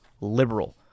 Liberal